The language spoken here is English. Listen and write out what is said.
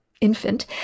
infant